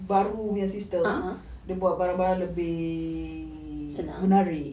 barunya system dia buat barang-barang lebih menarik